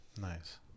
Nice